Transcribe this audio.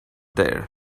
there